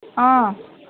অঁ